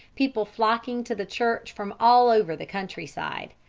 people flocking to the church from all over the country-side,